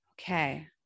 Okay